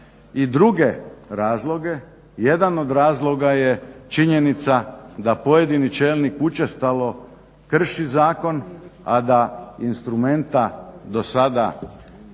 i druge razloge. Jedan od razloga je činjenica da pojedini čelnik učestalo krši zakon, a da instrumenta do sada možda